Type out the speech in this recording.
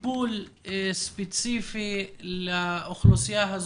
הקורבן הפסיבי וכדומה.